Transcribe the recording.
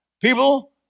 People